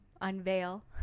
unveil